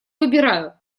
выбираю